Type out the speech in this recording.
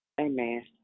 Amen